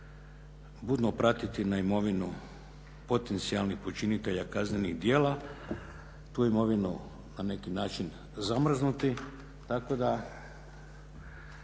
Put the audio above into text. budno pratiti na imovinu potencijalnih počinitelja kaznenih djela, tu imovinu na neki način zamrznuti